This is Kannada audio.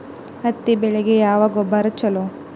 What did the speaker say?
ಹತ್ತಿ ಬೆಳಿಗ ಯಾವ ಗೊಬ್ಬರ ಛಲೋ?